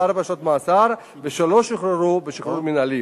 ארבע שנות מאסר ולא שוחררו שחרור מינהלי.